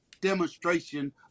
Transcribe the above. demonstration